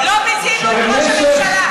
לא ביזינו את ראש הממשלה.